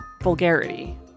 vulgarity